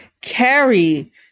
carry